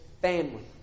family